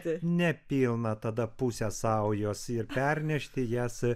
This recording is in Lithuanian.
ne pilną tada pusę saujos ir pernešti jas